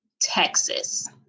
Texas